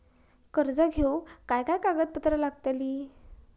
कर्ज घेऊक काय काय कागदपत्र लागतली?